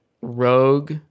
rogue